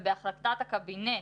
ובהחלטת הקבינט